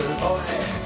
boy